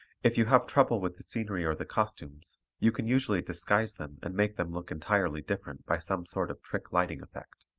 if you have trouble with the scenery or the costumes, you can usually disguise them and make them look entirely different by some sort of trick lighting effect.